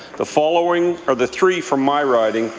the following are the three from my riding,